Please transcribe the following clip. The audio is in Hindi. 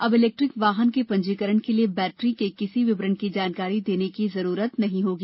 अब इलेक्ट्रिक वाहन के पंजीकरण के लिए बैटरी के किसी विवरण की जानकारी देने की जरूरत नहीं होगी